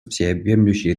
всеобъемлющей